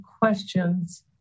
questions